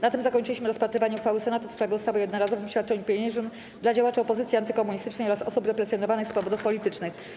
Na tym zakończyliśmy rozpatrywanie uchwały Senatu w sprawie ustawy o jednorazowym świadczeniu pieniężnym dla działaczy opozycji antykomunistycznej oraz osób represjonowanych z powodów politycznych.